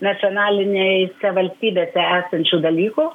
nacionalinėse valstybėse esančių dalykų